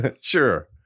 Sure